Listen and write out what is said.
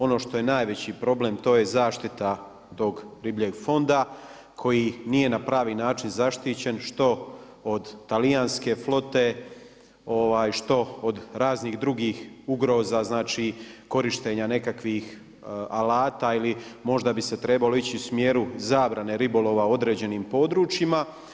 Ono što je najveći problem to je zaštita tog ribljeg fonda koji nije na pravi način zaštićen što od talijanske flote, što od raznih drugih ugroza korištenja nekakvih alata ili možda bi se trebalo ići u smjeru zabrane ribolova u određenim područjima.